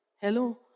Hello